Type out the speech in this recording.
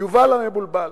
"יובל המבולבל".